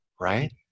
right